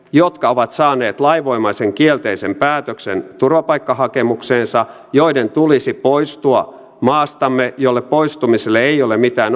jotka ovat saaneet lainvoimaisen kielteisen päätöksen turvapaikkahakemukseensa joiden tulisi poistua maastamme jolle poistumiselle ei ole mitään